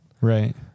Right